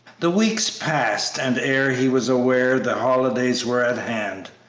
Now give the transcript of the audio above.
the weeks passed, and ere he was aware the holidays were at hand.